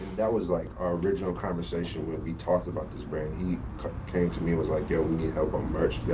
that was like our original conversation when we talked about this brand, he came to me, was like yo we need help on merch, yeah,